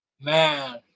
Man